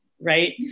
right